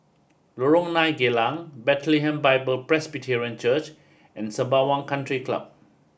Lorong nine Geylang Bethlehem Bible Presbyterian Church and Sembawang Country Club